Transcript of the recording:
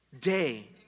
day